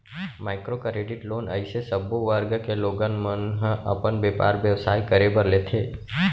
micro credit loan अइसे सब्बो वर्ग के लोगन मन ह अपन बेपार बेवसाय करे बर लेथे